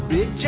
Big